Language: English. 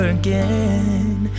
again